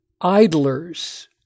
idlers